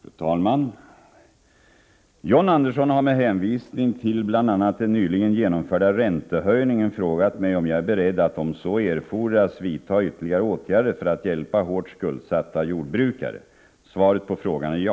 Fru talman! John Andersson har med hänvisning till bl.a. den nyligen genomförda räntehöjningen frågat mig om jag är beredd att, om så erfordras, vidta ytterligare åtgärder för att hjälpa hårt skuldsatta jordbrukare. Svaret på frågan är ja.